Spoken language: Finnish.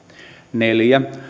neljä